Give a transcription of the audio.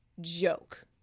joke